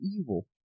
evil